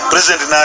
President